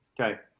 Okay